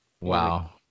wow